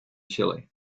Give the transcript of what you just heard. chile